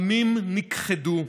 עמים נכחדו,